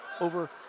Over